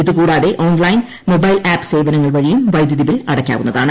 ഇതുകൂടാതെ online mobile app സേവനങ്ങൾ വഴിയും വൈദ്യുതി ബിൽ അടയ്ക്കാവുന്നതാണ്